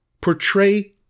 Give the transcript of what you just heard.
portray